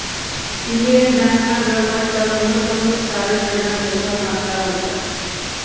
Indian Bank ನಾಗ್ ವಟ್ಟ ಮೂವತೊಂಬತ್ತ್ ಸಾವಿರ ಜನ ಕೆಲ್ಸಾ ಮಾಡ್ತಾರ್ ಅಂತ್